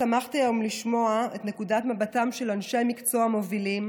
שמחתי היום לשמוע את נקודת מבטם של אנשי מקצוע מובילים